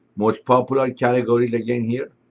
most popular categories again here.